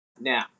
Now